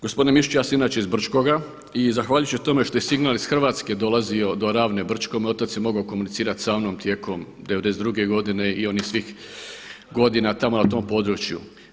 Gospodine Mišiću, ja sam inače iz Brčkoga i zahvaljujući tome što je signal iz Hrvatske dolazio do Ravne Brčko moj otac je mogao komunicirati samnom tijekom '92. godine i onih svih godina tamo na tom području.